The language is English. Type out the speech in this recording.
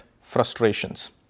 frustrations